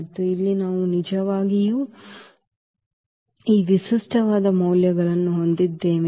ಮತ್ತು ಇಲ್ಲಿ ನಾವು ನಿಜವಾಗಿಯೂ ಈ ವಿಶಿಷ್ಟವಾದ ಮೌಲ್ಯಗಳನ್ನು ಹೊಂದಿದ್ದೇವೆ